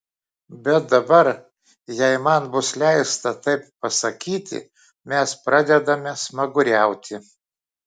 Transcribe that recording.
bet dabar jei man bus leista taip pasakyti mes pradedame smaguriauti